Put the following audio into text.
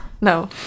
no